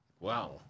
Wow